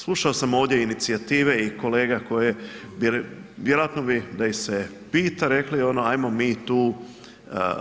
Slušao sam ovdje inicijative i kolega koje bi, vjerojatno bi da ih se pita rekli ono hajmo mi tu